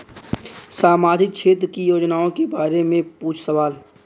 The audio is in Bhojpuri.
सामाजिक क्षेत्र की योजनाए के बारे में पूछ सवाल?